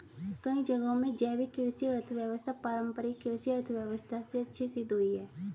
कई जगहों में जैविक कृषि अर्थव्यवस्था पारम्परिक कृषि अर्थव्यवस्था से अच्छी सिद्ध हुई है